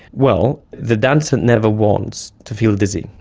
well, the dancer never wants to feel dizzy.